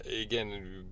again